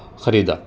خریدا